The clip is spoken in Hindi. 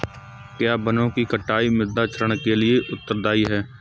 क्या वनों की कटाई मृदा क्षरण के लिए उत्तरदायी है?